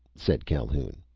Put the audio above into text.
said calhoun.